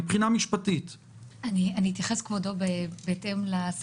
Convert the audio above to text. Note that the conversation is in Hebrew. יש קבוצה שלא יחול עליה